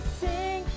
sing